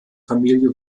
familie